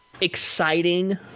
exciting